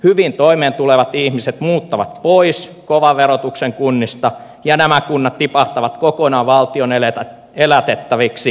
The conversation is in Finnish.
hyvin toimeentulevat ihmiset muuttavat pois kovan verotuksen kunnista ja nämä kunnat tipahtavat kokonaan valtion elätettäviksi